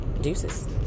Deuces